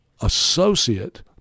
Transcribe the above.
associate